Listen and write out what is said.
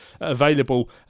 available